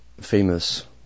famous